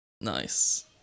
Nice